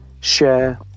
share